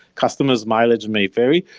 customers mileage may vary,